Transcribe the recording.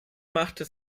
machte